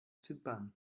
zypern